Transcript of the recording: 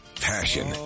Passion